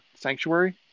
Sanctuary